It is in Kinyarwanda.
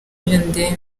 ndembe